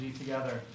together